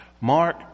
Mark